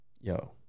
Yo